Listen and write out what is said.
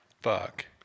fuck